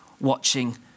watching